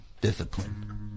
Discipline